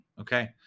Okay